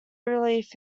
relief